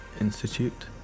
Institute